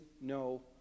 no